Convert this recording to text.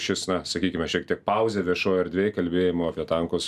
šis na sakykime šiek tiek pauzė viešoj erdvėj kalbėjimo apie tankus